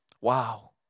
Wow